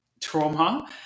trauma